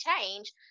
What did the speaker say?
change